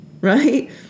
right